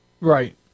Right